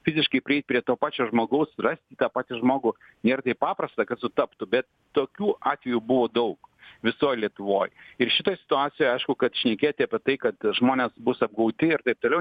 fiziškai prieit prie to pačio žmogaus rasti tą patį žmogų nėr taip paprasta kad sutaptų bet tokių atvejų buvo daug visoj lietuvoj ir šitoj situacijoj aišku kad šnekėti apie tai kad žmonės bus apgauti ir taip toliau